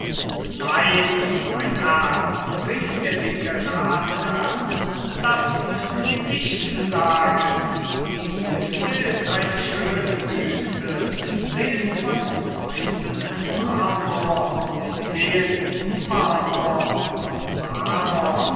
nein mein herr rief der dicke ratsherr das müssen sie nicht sagen die büste ist eine schöne büste sie ist von weißem marmor wie sie sehen marmor von paros